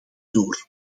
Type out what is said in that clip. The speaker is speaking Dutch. door